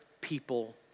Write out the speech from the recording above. people